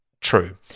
true